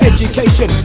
Education